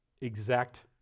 exact